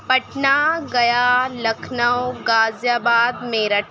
Patna Gaya Lucknow Ghaziabad Meerut